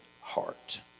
heart